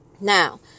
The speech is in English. Now